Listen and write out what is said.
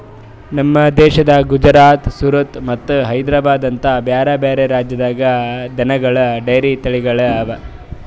ನಮ್ ದೇಶದ ಗುಜರಾತ್, ಸೂರತ್ ಮತ್ತ ಹೈದ್ರಾಬಾದ್ ಅಂತ ಬ್ಯಾರೆ ಬ್ಯಾರೆ ರಾಜ್ಯದಾಗ್ ದನಗೋಳ್ ಡೈರಿ ತಳಿಗೊಳ್ ಅವಾ